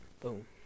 Boom